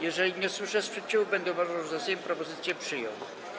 Jeżeli nie usłyszę sprzeciwu, będę uważał, że Sejm propozycję przyjął.